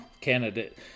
candidate